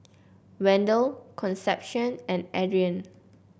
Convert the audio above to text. Wendel Concepcion and Adrian